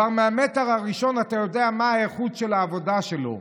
כבר מהמטר הראשון אתה יודע מה האיכות של העבודה שלו,